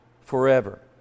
forever